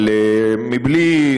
אבל מבלי,